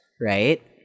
right